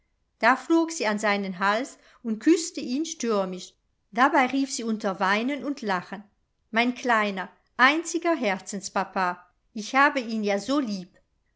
da flog sie an seinen hals und küßte ihn stürmisch dabei rief sie unter weinen und lachen mein kleiner einziger herzenspapa ich habe ihn ja so lieb